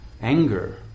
Anger